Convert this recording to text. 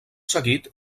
seguit